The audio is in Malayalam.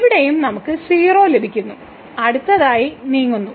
ഇവിടെയും നമുക്ക് 0 ലഭിക്കുന്നു അടുത്തതായി നീങ്ങുന്നു